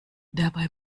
dabei